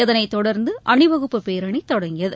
இதனைத்தொடர்ந்து அணிவகுப்பு பேரணி தொடங்கியது